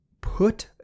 put